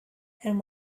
and